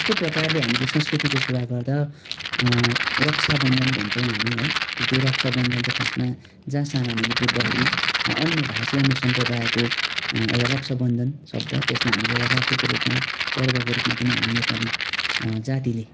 त्यस्तै प्रकारले हामीले संस्कृतिको कुरा गर्दा रक्षा बन्धन भन्छौँ हामी है त्यो रक्षा बन्धन चाहिँ खासमा जहाँसम्म हामीले बुझ्दाखेरि अन्य भाषी अन्य सम्प्रदायको एउटा रक्षा बन्धन शब्द त्यसलाई हामीले एउडा राखीको रूपमा पर्वको रूपमा पनि हामी नेपाली जातिले